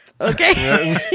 okay